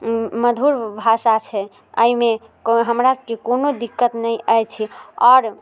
मधुर भाषा छै अइमे हमरा सबके कोनो दिक्कत नहि अछि आओर